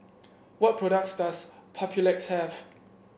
what products does Papulex have